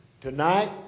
Tonight